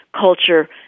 culture